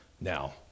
Now